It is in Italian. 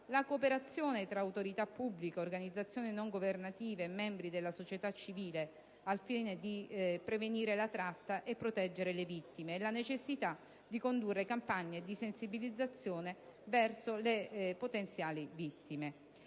la cooperazione tra autorità pubblica, organizzazioni non governative e membri della società civile al fine di prevenire la tratta e proteggere le vittime; la necessità di condurre campagne di sensibilizzazione verso le potenziali vittime.